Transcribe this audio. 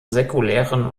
säkularen